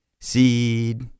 Seed